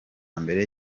mbere